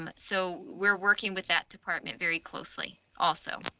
um so we're working with that department very closely, also.